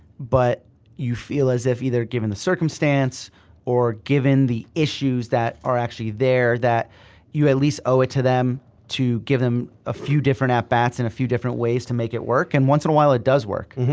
but you feel as if either given the circumstance or given the issues that are actually there that you at least owe it to them to give them a few different at bats in a few different ways to make it work. and once in a while it does work.